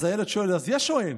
אז הילד שואל: אז יש או אין?